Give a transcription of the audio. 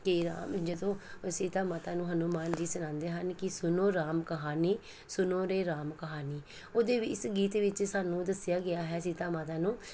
ਕਿ ਰਾਮ ਜਦੋਂ ਸੀਤਾ ਮਾਤਾ ਨੂੰ ਹਨੂੰਮਾਨ ਜੀ ਸੁਣਾਉਂਦੇ ਹਨ ਕਿ ਸੁਣੋ ਰਾਮ ਕਹਾਣੀ ਸੁਣੋ ਰੇ ਰਾਮ ਕਹਾਣੀ ਉਹਦੇ ਵਿ ਇਸ ਗੀਤ ਵਿੱਚ ਸਾਨੂੰ ਦੱਸਿਆ ਗਿਆ ਹੈ ਸੀਤਾ ਮਾਤਾ ਨੂੰ